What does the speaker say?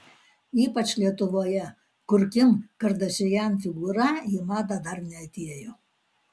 ypač lietuvoje kur kim kardashian figūra į madą dar neatėjo